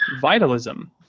vitalism